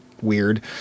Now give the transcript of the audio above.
weird